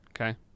Okay